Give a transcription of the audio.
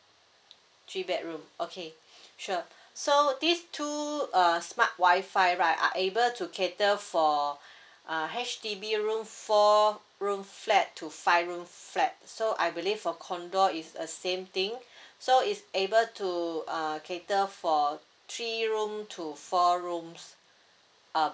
three bedroom okay sure so this two uh smart wi-fi right are able to cater for uh H_D_B room four room flat to five room flat so I believe for condo is a same thing so is able to uh cater for three room to four rooms above